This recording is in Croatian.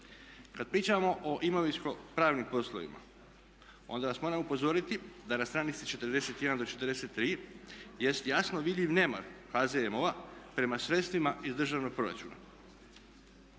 Kad pričamo o imovinsko-pravnim poslovima onda vas moram upozoriti da na stranici 41. do 43. jest jasno vidljiv nemar HZMO-a prema sredstvima iz državnog proračuna.